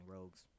Rogues